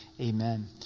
amen